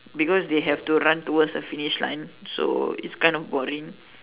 because they have to run towards a finish line so it's kinda boring